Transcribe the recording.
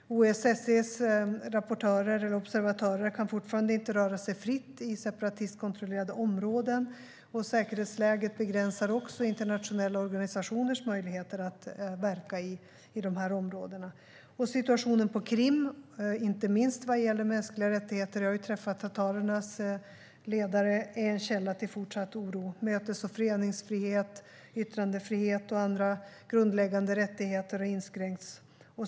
OSSE:s observatörer kan fortfarande inte röra sig fritt i separatistkontrollerade områden. Säkerhetsläget begränsar också internationella organisationers möjligheter att verka i områdena. Situationen på Krim, inte minst vad gäller mänskliga rättigheter - jag har träffat tatarernas ledare - är en källa till fortsatt oro. Mötes och föreningsfrihet, yttrandefrihet och andra grundläggande rättigheter har inskränkts.